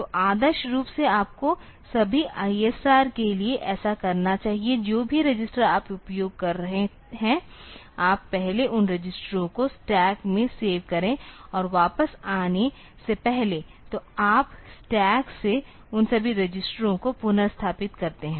तो आदर्श रूप से आपको सभी ISR के लिए ऐसा करना चाहिए जो भी रजिस्टर आप उपयोग कर रहे हैं आप पहले उन रजिस्टरों को स्टैक में सेव करें और वापस आने से पहले तो आप स्टैक से उन सभी रजिस्टरों को पुनर्स्थापित करते हैं